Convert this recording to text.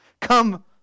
Come